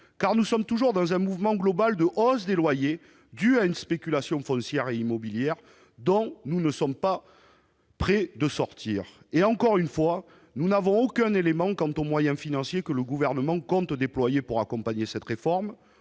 connaissons toujours un mouvement global de hausse des loyers, due à une spéculation foncière et immobilière dont nous ne sommes pas près de sortir. En outre, encore une fois, nous ne disposons d'aucun élément relatif aux moyens financiers que le Gouvernement compte déployer pour accompagner cette réforme.